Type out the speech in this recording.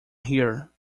here